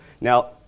Now